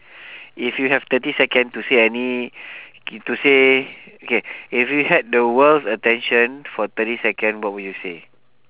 if you have thirty second to say any to say okay if you had the world's attention for thirty second what would you say